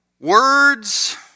Words